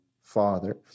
Father